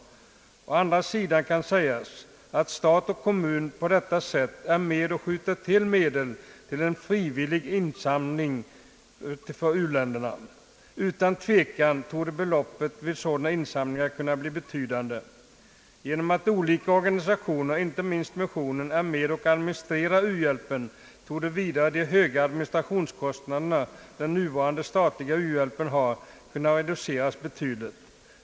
Det kan dock sägas att stat och kommun på detta sätt är med och skjuter till medel för en frivillig insamling till u-länderna. Utan tvivel torde beloppen vid sådana insamlingar kunna bli betydande. Genom att olika organisationer, inte minst missionen, är med och administrerar u-hjälpen, torde vidare de höga administrationskostnader som den nuvarande statliga u-hjälpen har kunna reduceras betydligt.